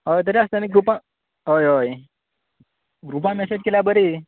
हय तरी आसतना ग्रुपां हय हय ग्रुपां मेसेज केल्या बरी